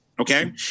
Okay